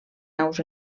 naus